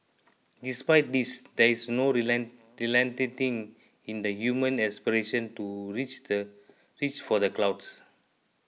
despite this there is no relenting in the human aspiration to reach the reach for the clouds